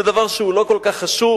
זה דבר שהוא לא כל כך חשוב.